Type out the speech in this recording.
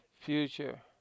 future